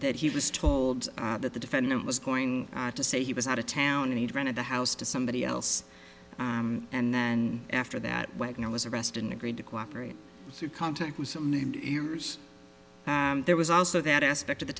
that he was told that the defendant was going to say he was out of town and had rented the house to somebody else and then after that wagner was arrested and agreed to cooperate through contact with some named ears there was also that aspect of the